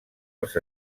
els